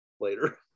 later